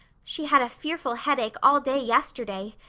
she had a fearful headache all day yesterday.